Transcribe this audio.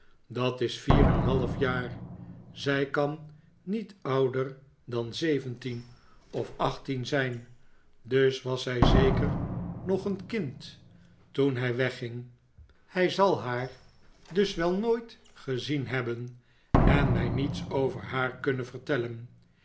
dat is vier en een half jaar zij kan niet ouder dan zeveritien of achttien zijn dus was zij zeker nog een kind toen hij wegging hij zal haar dus wel nooit gezien hebben en mij niets over haar kunnen vertellen